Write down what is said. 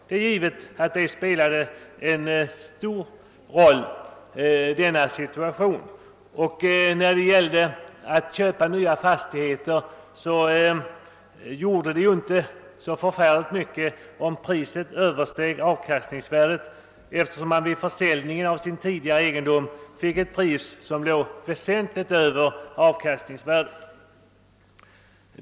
Det är givet att denna situation spelade stor roll. Vid köpet av nya fastigheter gjorde det inte så mycket om priset översteg avkastningsvärdet, eftersom man vid försäljningen av tidigare egendom fick ett pris som låg mycket över avkastningsvärdet.